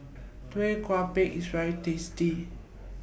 Tau Kwa Pau IS very tasty